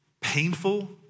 painful